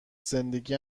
زندگی